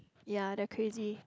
ya they're crazy